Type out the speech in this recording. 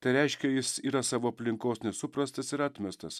tai reiškia jis yra savo aplinkos nesuprastas ir atmestas